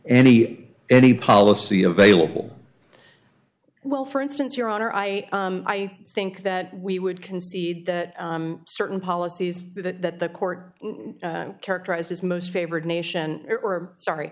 any any policy available well for instance your honor i i think that we would concede that certain policies that the court characterized as most favored nation or sorry